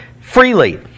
freely